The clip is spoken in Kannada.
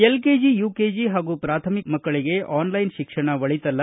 ಎಲ್ಕೆಜಿ ಯುಕೆಜಿ ಪಾಗು ಪಾಥಮಿಕ ಮಕ್ಕಳಿಗೆ ಆನ್ಲೈನ್ ಶಿಕ್ಷಣ ಒಳಿತಲ್ಲ